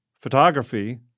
photography